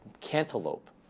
cantaloupe